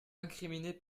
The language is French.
incriminé